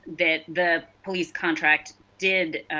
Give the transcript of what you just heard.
the the police contract did